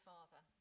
Father